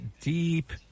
deep